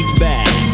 back